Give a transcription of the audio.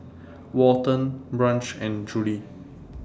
Walton Branch and Juli